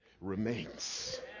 remains